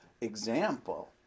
example